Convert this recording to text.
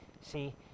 See